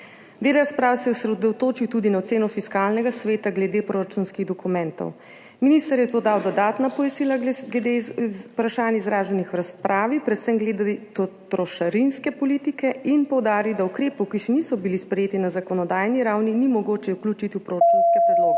Del razprave se je osredotočil tudi na oceno Fiskalnega sveta glede proračunskih dokumentov. Minister je podal dodatna pojasnila glede vprašanj, izraženih v razpravi, predvsem glede trošarinske politike, in poudaril, da ukrepov, ki še niso bili sprejeti na zakonodajni ravni, ni mogoče vključiti v proračunske predloge.